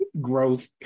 gross